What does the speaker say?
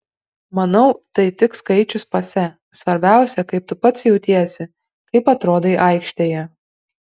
manau tai tik skaičius pase svarbiausia kaip tu pats jautiesi kaip atrodai aikštėje